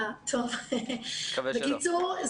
בקיצור,